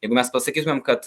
jeigu mes pasakytumėm kad